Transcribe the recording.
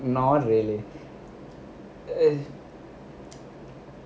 not really it's